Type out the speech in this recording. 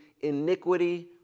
iniquity